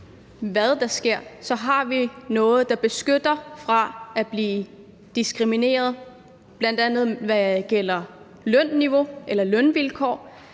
hvad der sker, har vi noget, der beskytter befolkningen mod at blive diskrimineret, bl.a. hvad gælder lønniveau eller lønvilkår,